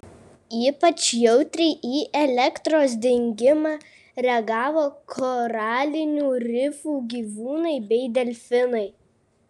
ypač jautriai į elektros dingimą reagavo koralinių rifų gyvūnai bei delfinai